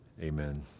Amen